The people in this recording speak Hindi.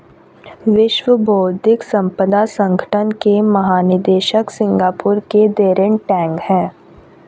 विश्व बौद्धिक संपदा संगठन के महानिदेशक सिंगापुर के डैरेन टैंग हैं